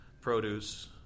produce